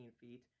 feet